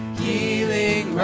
healing